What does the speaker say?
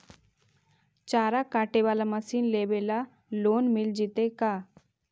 चारा काटे बाला मशीन लेबे ल लोन मिल जितै का?